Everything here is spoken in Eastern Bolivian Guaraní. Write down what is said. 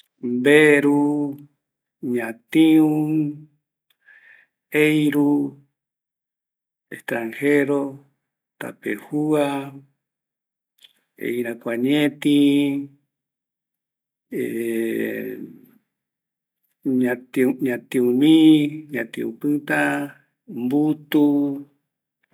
Mberu, ñatiü, eiru, extranjero, tapejua, eirakuañeti, ˂hesitation˃ ñatiumii, ñatiü pïta, mbutu